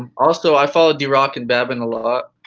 um also i followed d-rock and babin a lot.